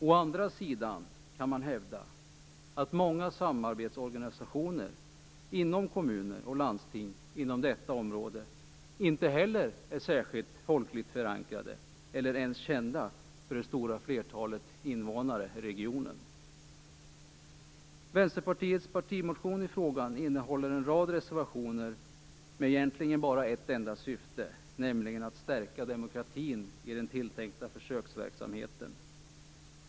Å andra sidan kan man hävda att många samarbetsorganisationer inom kommuner och landsting inom detta område inte heller är särskilt folkligt förankrade eller ens kända för det stora flertalet invånare i regionen. Vänsterpartiets partimotion i frågan innehåller en rad reservationer men har egentligen bara ett enda syfte, nämligen att stärka demokratin i den tilltänkta försöksverksamheten.